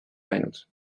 näinud